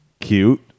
cute